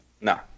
No